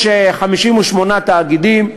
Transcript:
יש 58 תאגידים.